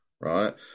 right